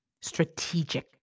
Strategic